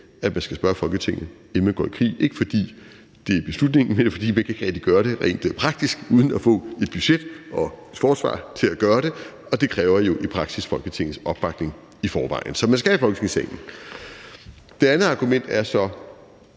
at man skal spørge Folketinget, inden man går i krig – ikke på grund af beslutningen, men fordi man ikke kan have, at de gør det rent praktisk uden at få et budget og et forsvar til at gøre det, og det kræver jo i praksis i forvejen Folketingets opbakning. Så man skal i Folketingssalen med det. Det andet argument går så